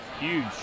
huge